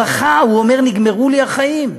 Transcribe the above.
הוא אמר: נגמרו לי החיים,